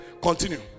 continue